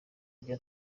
rya